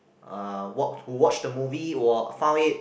uh wat~ who watched the movie will found it